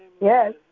Yes